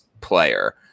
player